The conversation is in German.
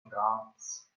graz